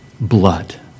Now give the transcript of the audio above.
blood